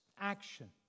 Action